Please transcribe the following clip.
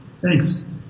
Thanks